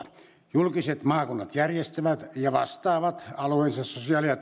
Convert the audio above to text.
julkiset maakunnat järjestävät ja vastaavat alueidensa sosiaali ja